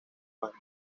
banda